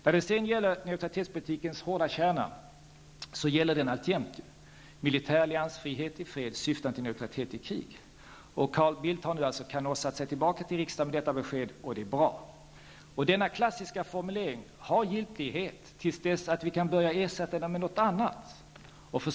När det sedan gäller neutralitetspolitikens hårda kärna gäller ju den alltjämt: militär alliansfrihet i fred syftande till neutralitet i krig. Carl Bildt har nu alltså canossat sig tillbaka till riksdagen med detta besked. Det är bra. Denna klassiska formulering har giltighet till dess att vi kan börja ersätta den med något annat.